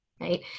right